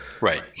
Right